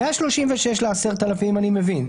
מה-36,000 ל-10,000 אני מבין.